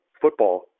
football